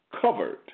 covered